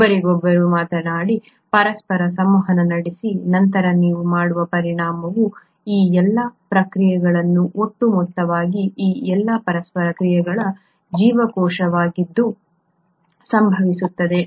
ಒಬ್ಬರಿಗೊಬ್ಬರು ಮಾತನಾಡಿ ಪರಸ್ಪರ ಸಂವಹನ ನಡೆಸಿ ನಂತರ ನೀವು ನೋಡುವ ಪರಿಣಾಮವು ಈ ಎಲ್ಲಾ ಪ್ರತಿಕ್ರಿಯೆಗಳ ಒಟ್ಟು ಮೊತ್ತವಾಗಿದೆ ಈ ಎಲ್ಲಾ ಪರಸ್ಪರ ಕ್ರಿಯೆಗಳು ಜೀವಕೋಶದೊಳಗೆ ಸಂಭವಿಸುತ್ತವೆ